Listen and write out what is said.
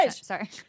Sorry